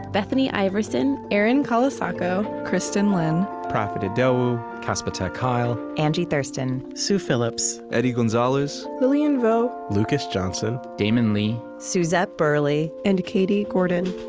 bethany iverson, erin colasacco, kristin lin, profit idowu, casper ter kuile, angie thurston, sue phillips, eddie gonzalez lilian vo, lucas johnson, damon lee, suzette burley, and katie gordon